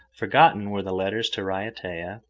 forgotten were the letters to raiatea,